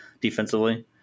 defensively